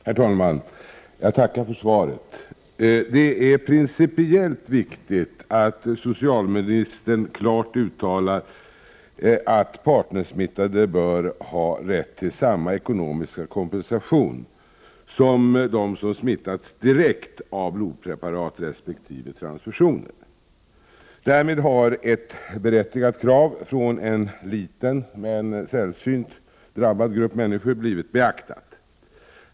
Herr talman! Jag tackar för svaret. Det är principiellt viktigt att socialministern klart uttalar att partnersmittade bör ha rätt till samma ekonomiska kompensation som de som smittats direkt av blodpreparat resp. transfusioner. Därmed har ett berättigat krav från en liten men sällsynt hårt drabbad grupp människor blivit beaktat.